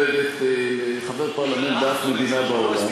לא מכובדת לחבר פרלמנט באף מדינה בעולם.